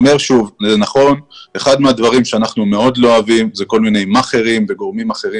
אחד הדברים שאנחנו מאוד לא אוהבים זה כל מיני מאכערים וגורמים אחרים